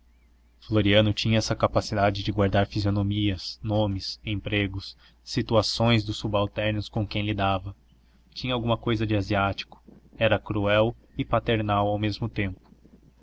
floriano tinha essa capacidade de guardar fisionomias nomes empregos situações dos subalternos com quem lidava tinha alguma cousa de asiático era cruel e paternal ao mesmo tempo